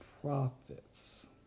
prophets